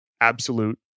absolute